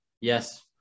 Yes